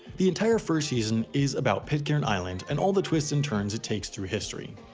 the entire first season is about pitcairn island and all the twists and turns it takes through history.